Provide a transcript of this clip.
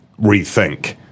rethink